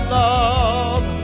love